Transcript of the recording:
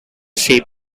shape